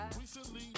recently